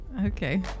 Okay